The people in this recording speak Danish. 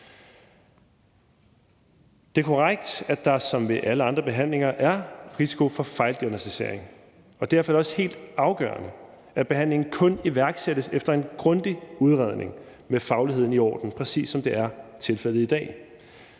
Det er korrekt, at der som ved alle andre behandlinger er risiko for fejldiagnosticering, og derfor er det også helt afgørende, at behandlingen kun iværksættes efter en grundig udredning med fagligheden i orden, præcis som det er tilfældet i dag.